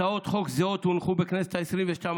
הצעות חוק זהות הונחו בכנסת העשרים-ושתיים